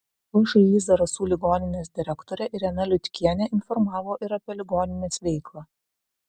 všį zarasų ligoninės direktorė irena liutkienė informavo ir apie ligoninės veiklą